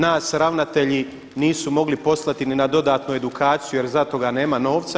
Nas ravnatelji nisu mogli poslati niti na dodatnu edukaciju jer za toga nema novca.